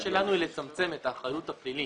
הבקשה שלנו היא לצמצם את האחריות הפלילית.